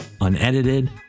unedited